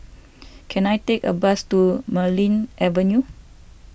can I take a bus to Marlene Avenue